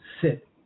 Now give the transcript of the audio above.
sit